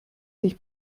sich